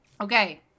Okay